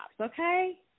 okay